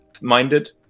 minded